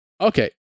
Okay